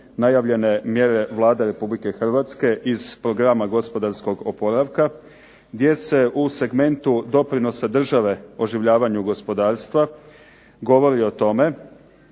najavljene mjere Vlade Republike Hrvatske iz programa gospodarskog oporavka gdje se u segmentu doprinosa države oživljavanju gospodarstva govori o tome